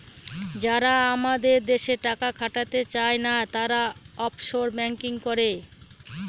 যারা আমাদের দেশে টাকা খাটাতে চায়না, তারা অফশোর ব্যাঙ্কিং করে